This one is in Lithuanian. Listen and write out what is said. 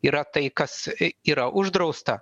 yra tai kas yra uždrausta